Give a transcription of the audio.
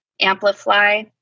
Amplify